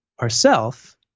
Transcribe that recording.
ourself